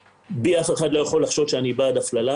בי אף אחד לא יכול לחשוד שאני בעד הפללה,